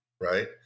Right